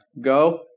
Go